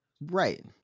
right